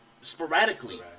sporadically